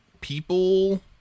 people